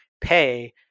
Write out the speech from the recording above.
pay